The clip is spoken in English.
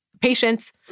patients